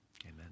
Amen